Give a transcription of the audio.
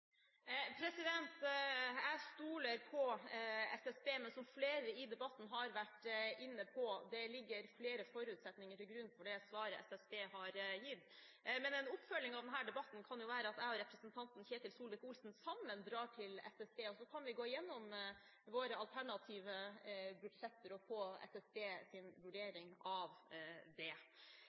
Jeg stoler på SSB, men som flere i debatten har vært inne på, ligger det flere forutsetninger til grunn for det svaret SSB har gitt. Men en oppfølging av denne debatten kan være at jeg og representanten Solvik-Olsen sammen kan dra til SSB og gå gjennom våre alternative budsjetter og få SSBs vurdering av det.